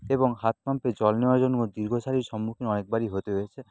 এবং হাত পাম্পের জল নেওয়ার জন্য দীর্ঘ সারির সম্মুখীন অনেকবারই হতে হয়েছে